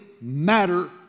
matter